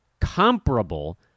comparable